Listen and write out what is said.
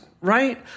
right